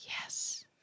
Yes